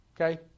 Okay